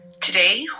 Today